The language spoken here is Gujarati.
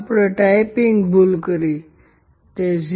આપણે ટાઈપિંગ ભુલ કરી તે 0